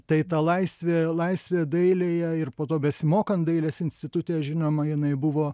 tai ta laisvė laisvė dailėje ir po to besimokant dailės institute žinoma jinai buvo